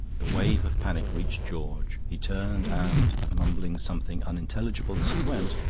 the wave of panic reached george he turned and, mumbling something unintelligible as he went,